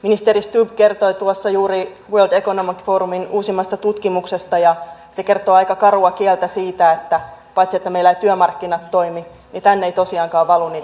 ministeri stubb kertoi tuossa juuri world economic forumin uusimmasta tutkimuksesta ja se kertoo aika karua kieltä siitä että paitsi että meillä eivät työmarkkinat toimi niin tänne ei tosiaankaan valu niitä sijoituksia